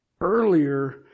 earlier